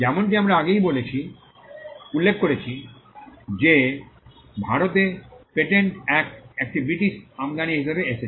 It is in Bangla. যেমনটি আমরা আগেই উল্লেখ করেছি যে ভারতে পেটেন্ট অ্যাক্ট একটি ব্রিটিশ আমদানি হিসাবে এসেছে